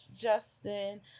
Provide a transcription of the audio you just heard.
justin